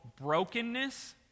brokenness